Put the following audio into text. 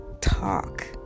talk